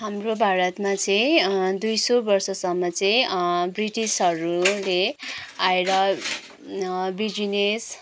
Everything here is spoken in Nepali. हाम्रो भारतमा चाहिँ दुइ सय वर्षसम्म चाहिँ ब्रिटिसहरूले आएर बिजिनेस